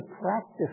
practice